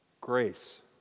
grace